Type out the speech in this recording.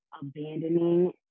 Abandoning